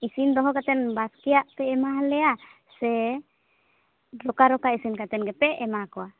ᱤᱥᱤᱱ ᱫᱚᱦᱚ ᱠᱟᱛᱮ ᱵᱟᱥᱠᱮᱭᱟᱜ ᱯᱮ ᱮᱢᱟᱦᱟᱞᱮᱭᱟ ᱥᱮ ᱨᱚᱠᱟ ᱨᱚᱠᱟ ᱤᱥᱤᱱ ᱠᱟᱛᱮ ᱜᱮᱯᱮ ᱮᱢᱟᱣᱟᱠᱚᱣᱟ